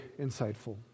insightful